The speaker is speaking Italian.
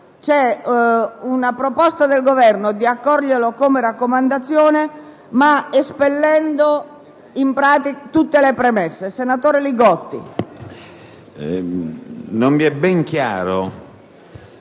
non mi è ben chiaro